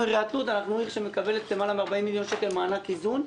עיריית לוד מקבלת למעלה מ-40 מיליון שקלים כמענק איזון,